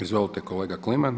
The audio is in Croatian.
Izvolite kolega Kliman.